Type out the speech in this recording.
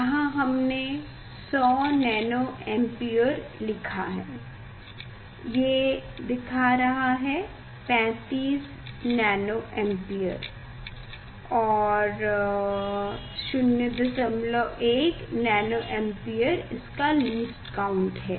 यहाँ हमने 100 nanoampere लिया है ये दिखा रह है 35 नैनोअम्पियर और 01 नैनोअम्पियर इसका लीस्टकाउंट है